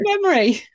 memory